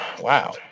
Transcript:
Wow